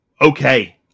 okay